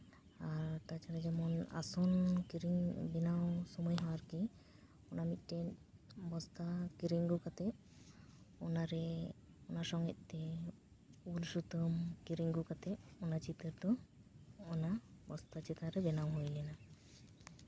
ᱟᱨ ᱛᱟᱪᱷᱟᱲᱟ ᱡᱮᱢᱚᱱ ᱟᱥᱚᱱ ᱠᱤᱨᱤᱧ ᱵᱮᱱᱟᱣ ᱥᱚᱢᱚᱭ ᱦᱚᱸ ᱟᱨᱠᱤ ᱚᱱᱟ ᱢᱤᱫᱴᱤᱡ ᱵᱚᱥᱛᱟ ᱠᱤᱨᱤᱧ ᱟᱹᱜᱩ ᱠᱟᱛᱮ ᱚᱱᱟ ᱨᱚᱝᱼᱮᱜ ᱛᱮ ᱩᱞ ᱥᱩᱛᱟᱹᱢ ᱠᱤᱨᱤᱧ ᱟᱹᱜᱩ ᱠᱟᱛᱮ ᱚᱱᱟ ᱪᱤᱛᱟᱹᱨ ᱫᱚ ᱚᱱᱟ ᱵᱚᱥᱛᱟ ᱪᱮᱛᱟᱱ ᱨᱮ ᱵᱮᱱᱟᱣ ᱦᱩᱭ ᱞᱮᱱᱟ